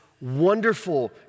wonderful